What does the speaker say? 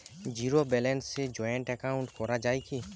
Zero ব্যালেন্সে joint account করা য়ায় কি?